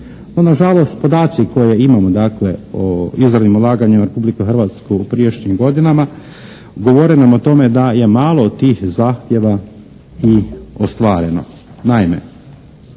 na žalost podaci koje imamo dakle o izravnim ulaganjima u Republiku Hrvatsku u prijašnjim godinama govore nam o tome da je malo tih zahtjeva i ostvareno.